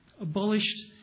abolished